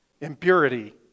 impurity